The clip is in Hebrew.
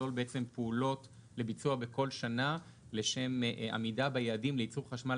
שתכלול פעולות לביצוע בכל שנה לשם עמידה ביעדים לייצור חשמל